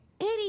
eighty